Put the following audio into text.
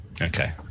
okay